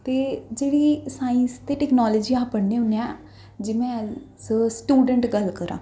ते जेह्ड़ी साईंस ते टैक्नोलजी अस पढ़नें होन्ने आं जि'यां स्टूडैंट गल्ल करांऽ